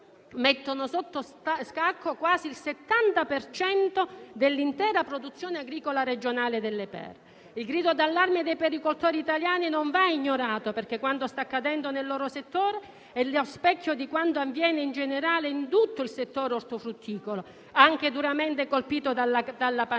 mettono sotto scacco quasi il 70 per cento dell'intera produzione agricola regionale delle pere. Il grido d'allarme dei pericoltori italiani non va ignorato, perché quanto sta accadendo nel loro settore è lo specchio di quanto avviene in generale in tutto il settore ortofrutticolo, duramente colpito anche dalla pandemia.